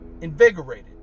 invigorated